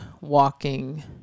walking